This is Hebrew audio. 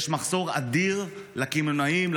יש מחסור אדיר לקמעונאים,